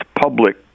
public